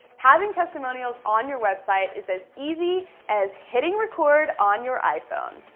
having testimonials on your website is as easy as hitting record on your iphone.